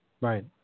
Right